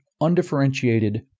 undifferentiated